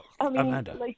Amanda